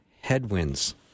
headwinds